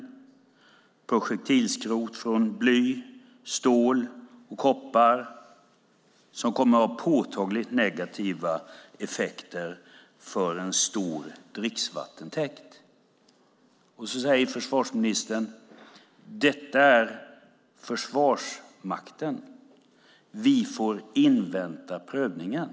Det blir projektilskrot från bly, stål och koppar som kommer att ha påtagligt negativa effekter för en stor dricksvattentäkt. Försvarsministern säger: Detta är Försvarsmakten. Vi får invänta prövningen.